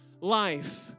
life